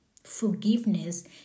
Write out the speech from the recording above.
Forgiveness